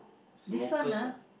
smokers ah